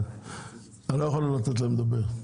אתה לא יכול לא לתת להם לדבר.